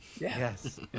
yes